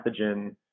pathogen